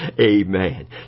Amen